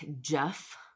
Jeff